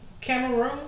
Cameroon